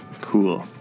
Cool